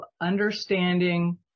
understanding